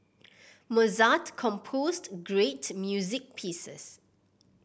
Mozart composed great music pieces